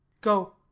Go